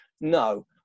no